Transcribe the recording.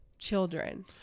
children